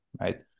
right